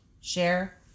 share